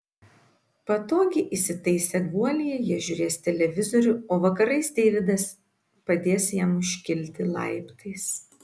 patogiai įsitaisę guolyje jie žiūrės televizorių o vakarais deividas padės jam užkilti laiptais